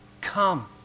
Come